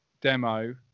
demo